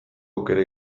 aukera